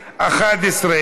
יחד עם שאר הסעיפים?